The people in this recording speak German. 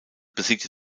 besiegte